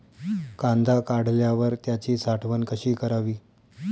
कांदा काढल्यावर त्याची साठवण कशी करावी?